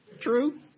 True